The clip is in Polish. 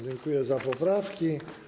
Dziękuję za poprawki.